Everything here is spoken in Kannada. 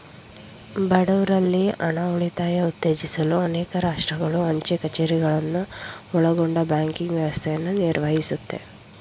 ಬಡವ್ರಲ್ಲಿ ಹಣ ಉಳಿತಾಯ ಉತ್ತೇಜಿಸಲು ಅನೇಕ ರಾಷ್ಟ್ರಗಳು ಅಂಚೆ ಕಛೇರಿಗಳನ್ನ ಒಳಗೊಂಡ ಬ್ಯಾಂಕಿಂಗ್ ವ್ಯವಸ್ಥೆಯನ್ನ ನಿರ್ವಹಿಸುತ್ತೆ